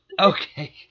Okay